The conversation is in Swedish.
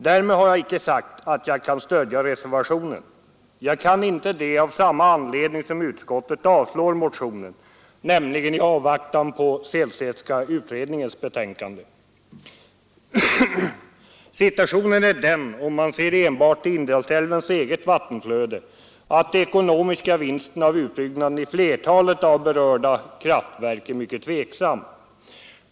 Därmed har jag inte sagt att jag kan stödja reservationen — jag kan inte göra det av samma anledning som utskottet har när det avstyrker motionen, nämligen att vi skall avvakta Sehlstedtska utredningens betänkande. Om man ser enbart till Indalsälvens eget vattenflöde är situationen den att den ekonomiska vinsten av utbyggnad i flertalet berörda kraftverk är mycket tveksam.